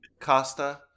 Costa